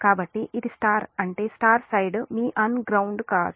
కాబట్టి ఇది స్టార్ అంటే స్టార్ సైడ్ మీ అన్గ్రౌండ్డ్ గ్రౌండ్ కాదు